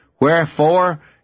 Wherefore